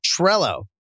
Trello